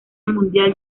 mundial